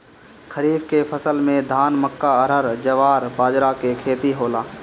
खरीफ के फसल में धान, मक्का, अरहर, जवार, बजरा के खेती होला